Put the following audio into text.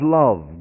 love